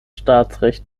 staatsrecht